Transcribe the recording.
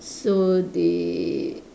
so they